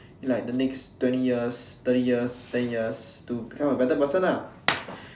in like the next twenty years thirty years ten years to become a better person lah